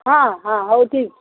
ହଁ ହଁ ହଉ ଠିକ୍